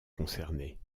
concernés